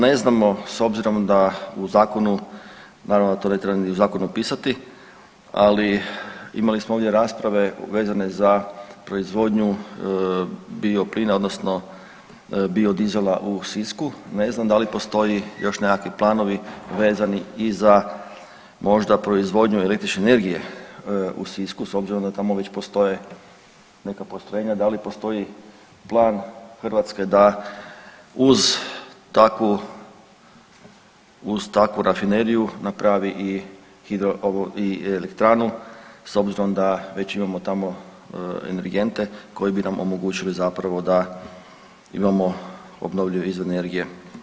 Ne znamo s obzirom da u zakonu, naravno to ne treba u zakonu pisati, ali imali smo ovdje rasprave vezane za proizvodnju bioplina odnosno biodizela u Sisku, ne znam da li postoji još nekakvi planovi vezani i za možda proizvodnju električne energije u Sisku s obzirom da tamo već postoje neka postrojenja, da li postoji plan Hrvatske da uz takvu rafineriju napravi i elektranu s obzirom da već imamo tamo energente koji bi nam omogućili zapravo da imamo obnovljive izvore energije.